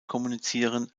kommunizieren